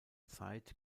zeit